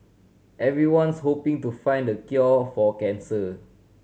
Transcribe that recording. everyone's hoping to find the cure for cancer